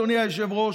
אדוני היושב-ראש,